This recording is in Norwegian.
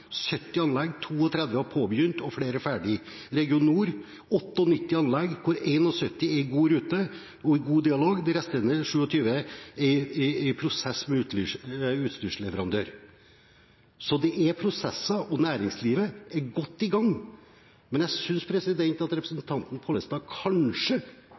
70 anlegg, 32 har påbegynt, og flere er ferdige region Nord: 98 anlegg, hvorav 71 er i god rute og i god dialog, de resterende 27 er i en prosess med utstyrsleverandør Så det er prosesser, og næringslivet er godt i gang, men jeg synes at representanten Pollestad kanskje